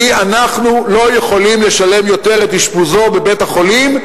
כי אנחנו לא יכולים לשלם יותר את אשפוזו בבית-החולים,